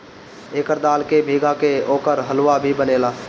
एकर दाल के भीगा के ओकर हलुआ भी बनेला